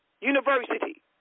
University